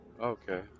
Okay